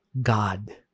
God